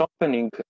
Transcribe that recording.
opening